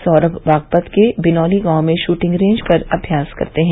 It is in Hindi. सौरभ बागपत के बिनौली गांव में शूटिंग रेज पर अभ्यास करते हैं